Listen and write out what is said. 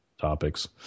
Topics